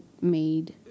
made